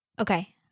Okay